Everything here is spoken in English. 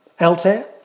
Altair